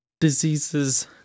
diseases